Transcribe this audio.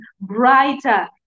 brighter